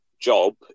job